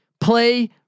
Play